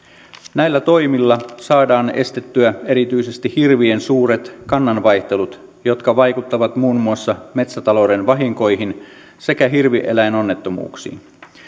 näillä toimilla saadaan estettyä erityisesti hirvien suuret kannanvaihtelut jotka vaikuttavat muun muassa metsäta louden vahinkoihin sekä hirvieläinonnettomuuksiin